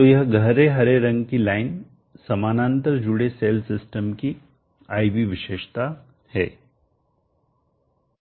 तो यह गहरे हरे रंग की लाइन समानांतर जुड़े सेल सिस्टम की I V विशेषता है